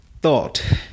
thought